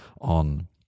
on